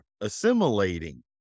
assimilating